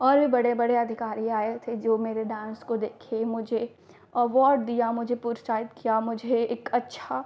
और भी बड़े बड़े अधिकारी आए हुए थे जो मेरे डान्स को देखे मुझे अवॉर्ड दिया मुझे प्रोत्साहित किया मुझे एक अच्छा